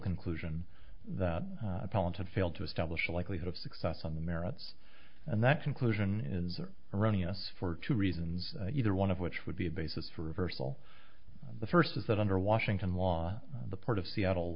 conclusion that palin had failed to establish a likelihood of success on the merits and that conclusion is erroneous for two reasons either one of which would be a basis for reversal the first is that under washington law the port of seattle